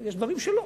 יש דברים שלא.